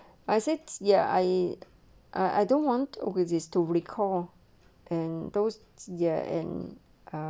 I said ya I I I don't want overseas to recall and those year and ah